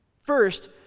First